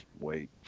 wait